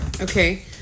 Okay